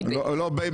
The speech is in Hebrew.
הבעיה?